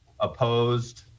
opposed